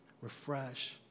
refresh